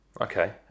okay